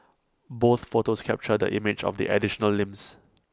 both photos captured the image of the additional limbs